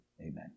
Amen